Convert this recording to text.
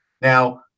Now